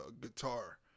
guitar